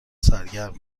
سرگرم